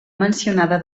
mencionada